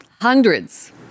hundreds